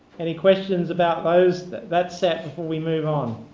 any questions about those that that set before we move on?